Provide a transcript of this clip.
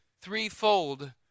threefold